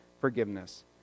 forgiveness